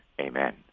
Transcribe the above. Amen